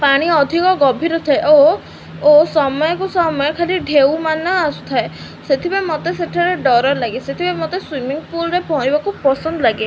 ପାଣି ଅଧିକ ଗଭୀର ଥାଏ ଓ ଓ ସମୟକୁ ସମୟ ଖାଲି ଢେଉ ମାନ ଆସୁଥାଏ ସେଥିପାଇଁ ମୋତେ ସେଠାରେ ଡର ଲାଗେ ସେଥିପାଇଁ ମୋତେ ସୁଇମିଙ୍ଗ ପୁଲ୍ରେ ପହଁରିବାକୁ ପସନ୍ଦ ଲାଗେ